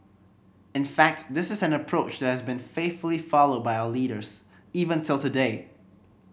in fact this is an approach that has been faithfully followed by our leaders even till today